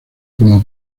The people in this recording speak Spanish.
como